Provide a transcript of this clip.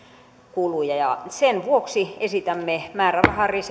kuluja sen vuoksi esitämme määrärahan